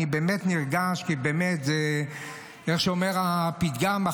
כי איך שאומר הפתגם,